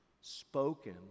spoken